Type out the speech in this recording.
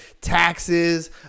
taxes